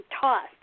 tossed